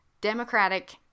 democratic